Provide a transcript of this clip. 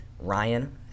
Ryan